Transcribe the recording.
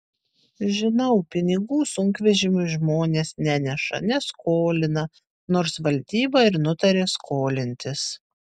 žinau pinigų sunkvežimiui žmonės neneša neskolina nors valdyba ir nutarė skolintis